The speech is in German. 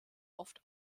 oft